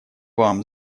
вам